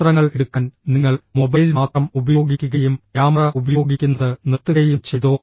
ചിത്രങ്ങൾ എടുക്കാൻ നിങ്ങൾ മൊബൈൽ മാത്രം ഉപയോഗിക്കുകയും ക്യാമറ ഉപയോഗിക്കുന്നത് നിർത്തുകയും ചെയ്തോ